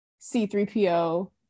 C3PO